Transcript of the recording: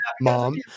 Mom